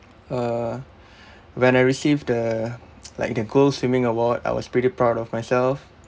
uh when I received the like the gold swimming along I was pretty proud of myself